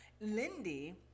Lindy